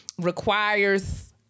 requires